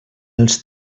els